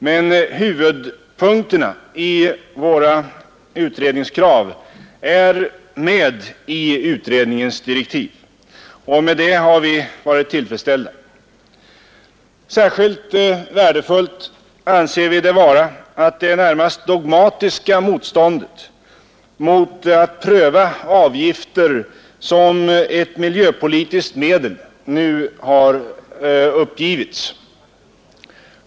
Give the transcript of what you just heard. Men huvudpunkterna i vårt utredningskrav är med i utredningens direktiv, och med det har vi varit tillfredsställda. Särskilt värdefullt anser vi det vara att det närmast dogmatiska motståndet mot att pröva avgifter som ett miljöpolitiskt medel nu är uppgivet.